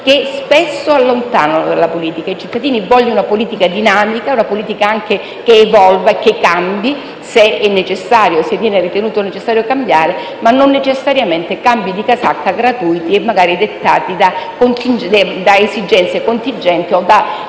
che spesso allontanano dalla politica. I cittadini vogliono una politica dinamica, una politica che evolva e cambi, se è ritenuto necessario cambiare, ma non necessariamente cambi di casacca gratuiti e magari dettati da esigenze contingenti o che